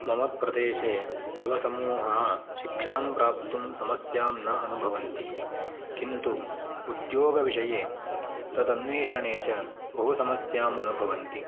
मम प्रदेशे युवसमूहः शिक्षणं प्राप्तुं समस्यां न अनुभवन्ति किन्तु उद्योगविषये तदन्वेषणे च बहु समस्यामनुभवन्ति